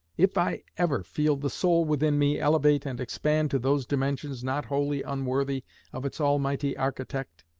if i ever feel the soul within me elevate and expand to those dimensions not wholly unworthy of its almighty architect,